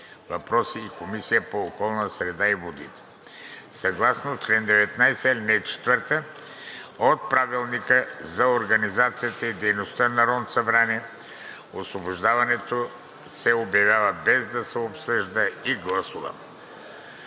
въпроси и Комисията по околната среда и водите. Съгласно чл. 19, ал. 4 от Правилника за организацията и дейността на Народното събрание освобождаването се обявява, без да се обсъжда и гласува.